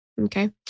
Okay